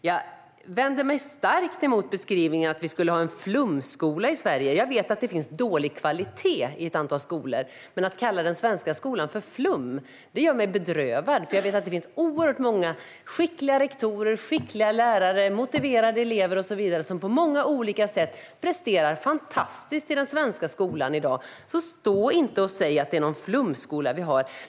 Jag vänder mig starkt emot beskrivningen att vi skulle ha en flumskola i Sverige. Jag vet att det finns dålig kvalitet i ett antal skolor, men att kalla den svenska skolan för flum gör mig bedrövad. Jag vet att det finns oerhört många skickliga rektorer och lärare, motiverade elever och så vidare som på många olika sätt presterar fantastiskt i den svenska skolan i dag, så stå inte och säg att det är någon flumskola vi har!